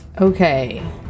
okay